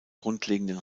grundlegenden